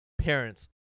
parents